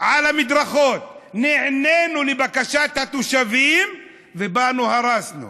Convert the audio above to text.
על המדרכות, נענינו לבקשת התושבים ובאנו, הרסנו.